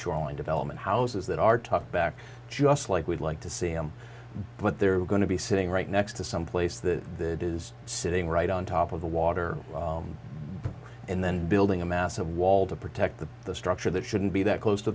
shoreline development houses that are talkback just like we'd like to see them but they're going to be sitting right next to some place the is sitting right on top of the water and then building a massive wall to protect the the structure that shouldn't be that close to